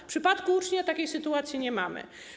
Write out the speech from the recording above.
W przypadku ucznia takiej sytuacji nie mamy.